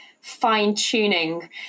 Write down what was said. fine-tuning